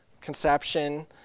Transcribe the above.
conception